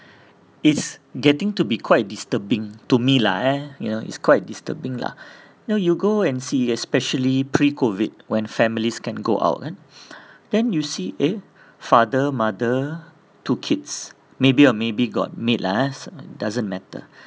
it's getting to be quite disturbing to me lah eh you know is quite disturbing lah no you go and see especially pre COVID when families can go out kan then you see eh father mother two kids maybe ah maybe got maid lah eh s~ doesn't matter